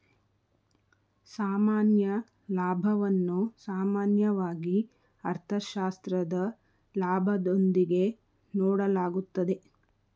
ಸಾಮಾನ್ಯ ಲಾಭವನ್ನು ಸಾಮಾನ್ಯವಾಗಿ ಅರ್ಥಶಾಸ್ತ್ರದ ಲಾಭದೊಂದಿಗೆ ನೋಡಲಾಗುತ್ತದೆ